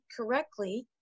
correctly